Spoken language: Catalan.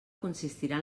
consistirà